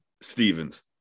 Stevens